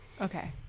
Okay